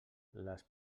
les